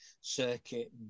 circuit